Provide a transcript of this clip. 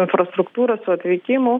infrastruktūra su atvykimu